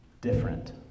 different